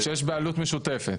שיש בעלות משותפת.